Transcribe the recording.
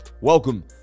welcome